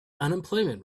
unemployment